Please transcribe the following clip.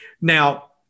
Now